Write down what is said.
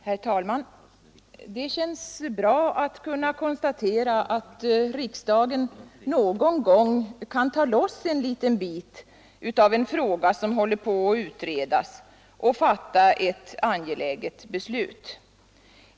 Herr talman! Det känns bra att kunna konstatera att riksdagen någon gång kan ta loss en liten bit av en fråga som håller på att utredas och fatta ett angeläget beslut.